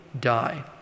die